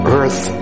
earth